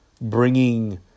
bringing